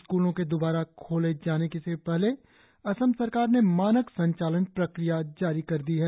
स्कूलों के दोबारा खोले जाने से पहले असम सरकार ने मानक संचालन प्रक्रिया जारी कर दी है